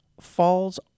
falls